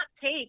take